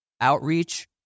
outreach